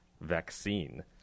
vaccine